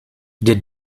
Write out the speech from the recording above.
der